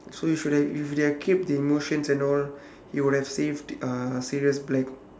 so he should have if he had kept his emotions and all he would have saved the uh sirius black